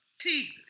teeth